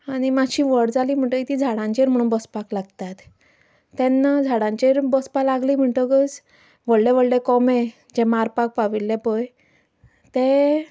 आनी मातशी व्हड जाली म्हणटकच तीं झाडांचेर म्हणून बसपाक लागतात तेन्ना झाडांचेर बसपा लागलीं म्हणटकच व्हडले व्हडले कोंबे जे मारपाक पाविल्ले पळय ते